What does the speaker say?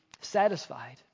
satisfied